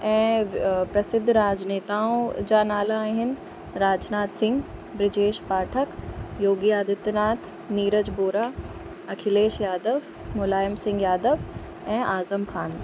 ऐं प्रसिद्ध राजनेताओं जा नाला आहिनि राजनाथ सिंह ब्रजेश पाठक योगी आदित्यनाथ नीरज वोहरा अखिलेश यादव मुलायम सिंह यादव ऐं आज़म खान